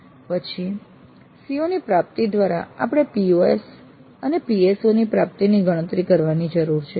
પછી CO ની પ્રાપ્તિ દ્વારા આપણે POs અને PSO ની પ્રાપ્તિની ગણતરી કરવાની જરૂર છે